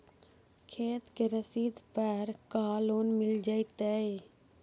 खेत के रसिद पर का लोन मिल जइतै?